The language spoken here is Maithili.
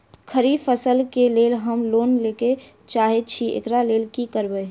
खरीफ फसल केँ लेल हम लोन लैके चाहै छी एकरा लेल की करबै?